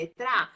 tra